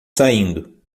saindo